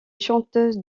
chanteuse